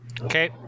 Okay